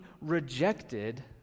rejected